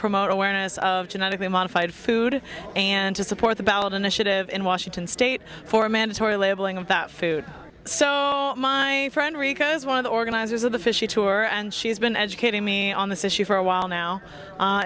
promote awareness of genetically modified food and to support the ballot initiative in washington state for mandatory labeling of that food so my friend rico's one of the organizers of the fishy tour and she's been educating me on this issue for a while now